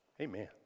Amen